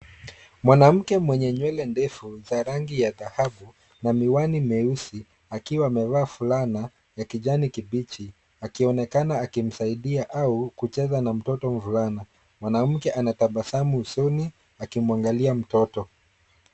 Mwanamke mwenye nywele ndefu za rangi ya dhahabu na miwani meusi akiwa amevaa fulana ya kijani kibichi akionekana akimsaidia au kucheza na mtoto mvulana. Mwanamke anatabasamu usoni akimwangalia mtoto.